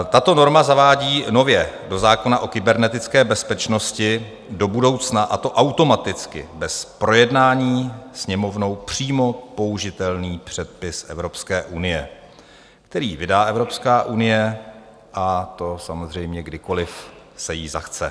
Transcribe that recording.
Tato norma zavádí nově do zákona o kybernetické bezpečnosti do budoucna, a to automaticky bez projednání Sněmovnou, přímo použitelný předpis Evropské unie, který vydá Evropská unie, a to samozřejmě, kdykoliv si jí zachce.